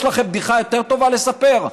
יש לכם בדיחה יותר טובה לספר?